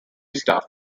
staff